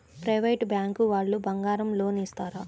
Private bank వాళ్ళు బంగారం loan ఇస్తారా?